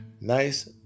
nice